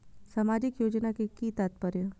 सामाजिक योजना के कि तात्पर्य?